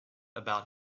about